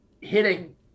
hitting